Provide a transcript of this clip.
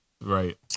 Right